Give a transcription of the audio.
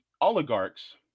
oligarchs